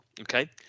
okay